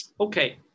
okay